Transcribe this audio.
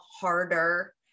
harder